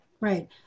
Right